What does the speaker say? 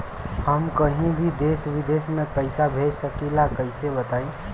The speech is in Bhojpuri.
हम कहीं भी देश विदेश में पैसा भेज सकीला कईसे बताई?